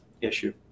issue